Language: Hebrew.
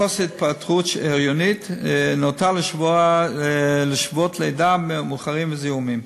חוסר התפתחות הריונית נאותה לשבועות לידה מאוחרים וזיהומים.